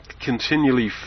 continually